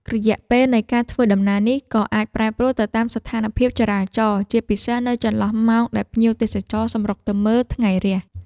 រយៈពេលនៃការធ្វើដំណើរនេះ ក៏អាចប្រែប្រួលទៅតាមស្ថានភាពចរាចរណ៍ ជាពិសេសនៅចន្លោះម៉ោងដែលភ្ញៀវទេសចរសម្រុកទៅមើលថ្ងៃរះ។